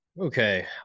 Okay